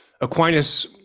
Aquinas